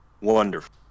Wonderful